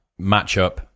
matchup